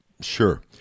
sure